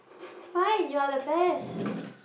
fine you are the best